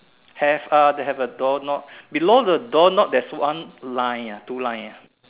have lah they have a door knob below the door knob there's one line ah two line ah